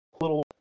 little